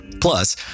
Plus